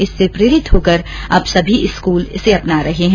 इससे प्रेरित होकर अब सभी स्कूल इसे अपना रहे हैं